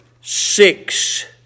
six